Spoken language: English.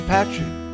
Patrick